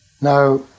Now